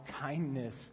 kindness